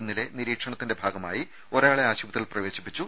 ഇന്നലെ നിരീക്ഷണത്തിന്റെ ഭാഗമായി ഒരാളെ ആശുപത്രിയിൽ പ്രവേശിപ്പിച്ചു